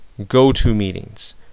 GoToMeetings